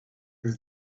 her